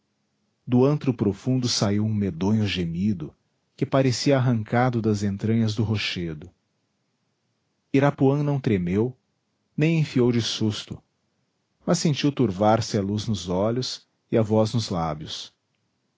do antro profundo saiu um medonho gemido que parecia arrancado das entranhas do rochedo irapuã não tremeu nem enfiou de susto mas sentiu turvar se a luz nos olhos e a voz nos lábios